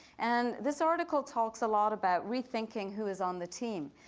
and this article talks a lot about rethinking who is on the team.